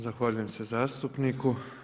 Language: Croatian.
Zahvaljujem se zastupniku.